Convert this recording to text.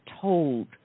told